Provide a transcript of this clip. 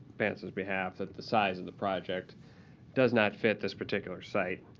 bantz's behalf that the size of the project does not fit this particular site.